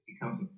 becomes